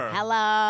Hello